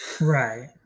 Right